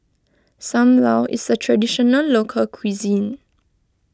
Sam Lau is a Traditional Local Cuisine